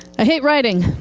i hate writing.